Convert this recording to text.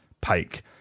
pike